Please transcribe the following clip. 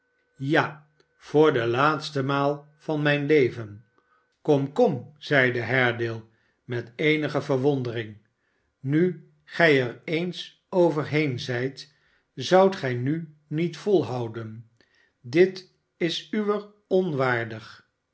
ja voor de laatste maal van mijn leven kom kom zeide haredale met eenige verwondering nu gij er eens overheen zijt zoudt gij nu niet volhoudenf dit is uwer onwaardig